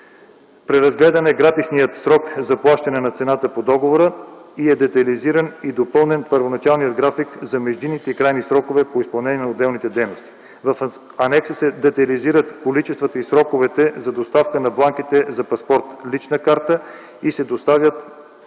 Преразгледан е гратисният срок за плащане на цената по договора и е детайлизиран и допълнен първоначалният график за междинните и крайни срокове по изпълнение на отделните дейности. В анекса се детайлизират количествата и сроковете за доставка на бланките за паспорт, лична карта и се договарят